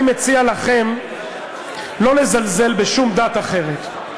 אני מציע לכם לא לזלזל בשום דת אחרת,